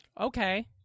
Okay